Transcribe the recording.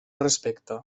respecte